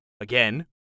again